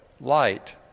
light